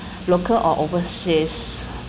local or overseas